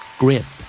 grip